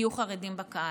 יהיו חרדים בקהל.